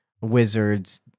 wizards